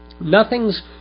nothing's